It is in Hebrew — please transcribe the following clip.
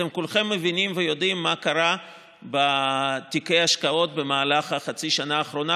אתם כולכם מבינים ויודעים מה קרה בתיקי ההשקעות במהלך חצי השנה האחרונה,